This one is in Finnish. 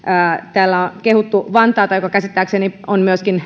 täällä on kehuttu vantaata joka käsittääkseni on myöskin